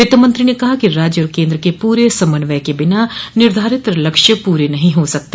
वित्तमंत्री ने कहा कि राज्य और केन्द्र के पूरे समन्वय के बिना निर्धारित लक्ष्य पूरे नहीं हो सकते